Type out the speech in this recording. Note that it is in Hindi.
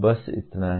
बस इतना ही